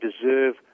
deserve